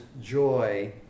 joy